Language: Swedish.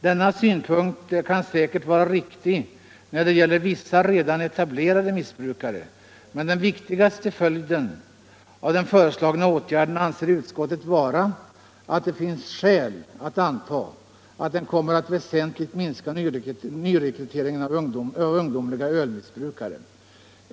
Denna synpunkt kan säkert vara riktig, när det gäller vissa redan etablerade missbrukare, men den viktigaste följden av den föreslagna åtgärden anser utskottet vara att det finns skäl att anta att den kommer att väsentligt minska nyrekryteringen av ungdomliga ölmissbrukare.